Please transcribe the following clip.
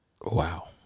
Wow